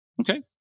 Okay